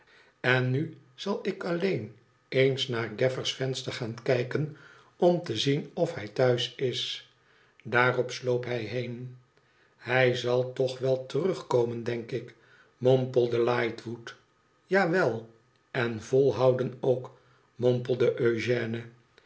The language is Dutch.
en nu zal ik alleen eens naar gaffer's venster gaan kijken om te zien of hij thuis is daarop sloop hij heen shij zal toch wel terugkomen denk ik mompelde lightwood ja wel en volhouden ook mompelde eugène